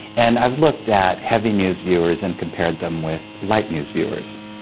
and i've looked at heavy news viewers and compared them with light news viewers.